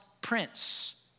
prince